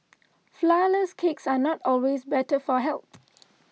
Flourless Cakes are not always better for health